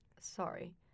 Sorry